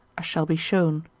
shall be shown.